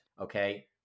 okay